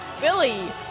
Billy